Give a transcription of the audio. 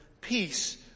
peace